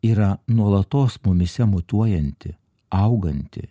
yra nuolatos mumyse mutuojanti auganti